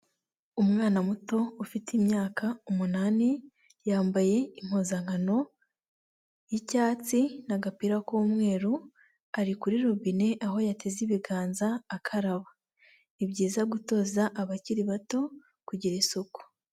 Umwana muto ufite imyaka umunani yambaye impuzankano y'icyatsi n'agapira k'umweru, ari kuri robine aho yateze ibiganza akaraba, ni byiza gutoza abakiri bato kugira isuku.